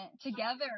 together